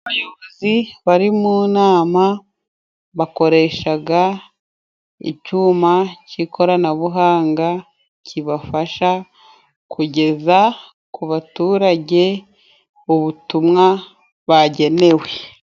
Abayobozi bari mu nama bakoreshaga icyuma cy'ikoranabuhanga. Kibafasha kugeza ku baturage ubutumwa bagenewe.